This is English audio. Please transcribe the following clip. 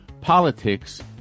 politics